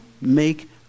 make